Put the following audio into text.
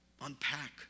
unpack